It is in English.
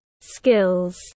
skills